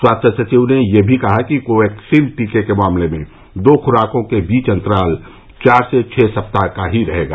स्वास्थ्य सचिव ने यह भी कहा कि कोवैक्सीन टीके के मामले में दो खुराकों के बीच अंतराल चार से छह सप्ताह का ही रहेगा